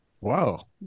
Wow